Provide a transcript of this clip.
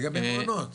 לגבי מעונות.